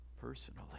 personally